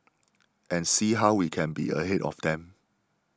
and see how we can be ahead of them